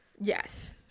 Yes